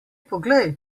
poglej